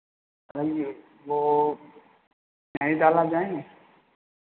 नहीं वो नैनीताल आप जाएंगे